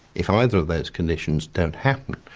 if um either of those conditions don't happen,